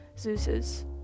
Zeus's